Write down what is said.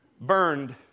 burned